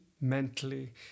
mentally